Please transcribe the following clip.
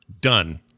done